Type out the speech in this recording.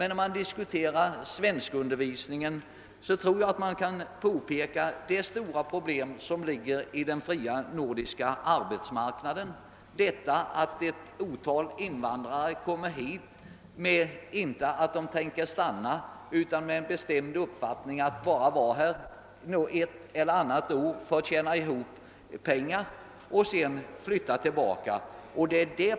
När man diskuterar svenskundervisningen bör man inte förbise det stora problem som ligger i den fria nordiska arbetsmarknaden, nämligen att ett stort antal invandrare kommer hit med den bestämda avsikten att stanna här endast ett eller annat år för att tjäna ihop pengar och sedan flytta tillbaka till sitt land.